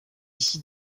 ici